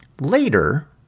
later